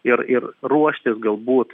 ir ir ruoštis galbūt